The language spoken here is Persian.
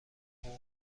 حقوق